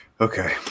Okay